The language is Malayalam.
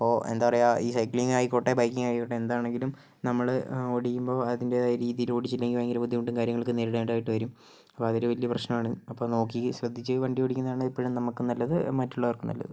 അപ്പോൾ എന്താ പറയുക ഈ സൈക്ലിംഗ് ആയിക്കോട്ടെ ബൈക്കിംഗ് ആയിക്കോട്ടെ എന്താണെങ്കിലും നമ്മൾ ഓടിക്കുമ്പോൾ അതിന്റേതായ രീതിയിൽ ഓടിച്ചില്ലെങ്കിൽ ഭയങ്കര ബുദ്ധിമുട്ടും കാര്യങ്ങളൊക്കെ നേരിടേണ്ടതായിട്ടു വരും അപ്പോൾ അതൊരു വലിയ പ്രശ്നമാണ് അപ്പോൾ നോക്കി ശ്രദ്ധിച്ചു വണ്ടി ഓടിക്കുന്നതാണ് എപ്പോഴും നമ്മൾക്കും നല്ലത് മറ്റുള്ളവർക്കും നല്ലത്